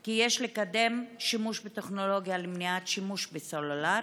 כי יש לקדם שימוש בטכנולוגיה למניעת שימוש בסלולר,